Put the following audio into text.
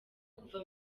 kuva